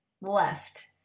left